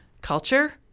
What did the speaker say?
culture